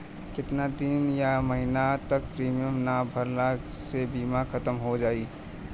केतना दिन या महीना तक प्रीमियम ना भरला से बीमा ख़तम हो जायी?